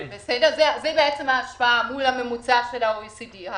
זו ההשוואה מול הממוצע של ה-OECD.